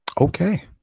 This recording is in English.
Okay